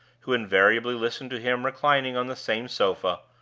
who invariably listened to him reclining on the same sofa,